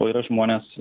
o yra žmonės